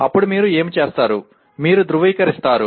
అప్పుడు మీరు ఏమి చేస్తారు మీరు ధృవీకరిస్తారు